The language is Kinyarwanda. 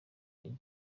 ugira